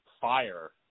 fire